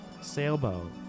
Sailboat